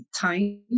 time